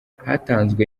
hatanzwe